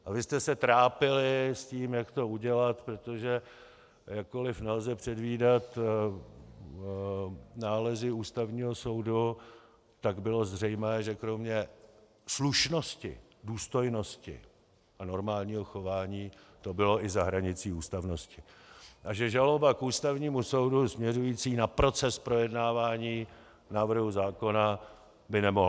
A vy jste se trápili s tím, jak to udělat, protože jakkoliv nelze předvídat nálezy Ústavního soudu, tak bylo zřejmé, že kromě slušnosti, důstojnosti a normálního chování to bylo i za hranicí ústavnosti a že žaloba k Ústavnímu soudu směřující na proces projednávání návrhu zákona by nemohla neuspět.